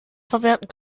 verwerten